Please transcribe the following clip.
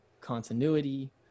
continuity